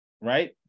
right